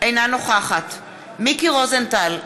אינה נוכחת מיקי רוזנטל,